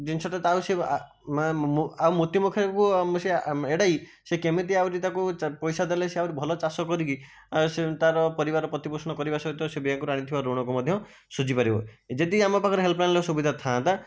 ଜିନିଷଟା ତା ଆଉ ଆଉ ମୃତ୍ୟୁ ମୂଖକୁ ସେ ଏଡ଼ାଇ ସେ କେମିତି ଆହୁରି ତାକୁ ପଇସା ଦେଲେ ସେ ଆହୁରି ଭଲ ଚାଷ କରିକି ସେ ତା'ର ପରିବାର ପ୍ରତିପୋଷଣ କରିବା ସହିତ ସେ ବ୍ୟାଙ୍କରୁ ଆଣିଥିବା ଋଣକୁ ମଧ୍ୟ ସୁଝି ପାରିବ ଯଦି ଆମ ପାଖରେ ହେଲ୍ପ ଲାଇନ୍ର ସୁବିଧା ଥାନ୍ତା